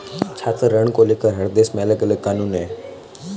छात्र ऋण को लेकर हर देश में अलगअलग कानून है